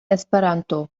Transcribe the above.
esperanto